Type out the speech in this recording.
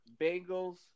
Bengals